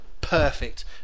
perfect